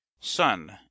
Son